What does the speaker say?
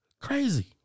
Crazy